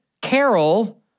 Carol